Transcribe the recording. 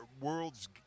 worlds